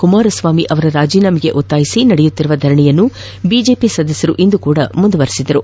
ಕುಮಾರಸ್ವಾಮಿ ಅವರ ರಾಜೀನಾಮೆಗೆ ಒತ್ತಾಯಿಸಿ ನಡೆಸುತ್ತಿರುವ ಧರಣಿಯನ್ನು ಬಿಜೆಪಿ ಸದಸ್ಯರು ಇಂದು ಸಹ ಮುಂದುವರಿಸಿದರು